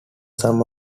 some